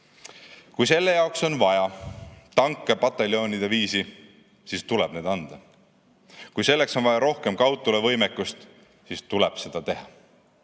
Kui selle jaoks on vaja tanke pataljonide viisi, siis tuleb need anda. Kui selleks on vaja rohkem kaugtule-võimekust, siis tuleb seda teha.